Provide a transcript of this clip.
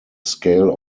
scale